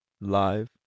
live